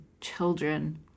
children